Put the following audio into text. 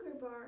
bar